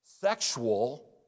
sexual